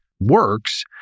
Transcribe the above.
works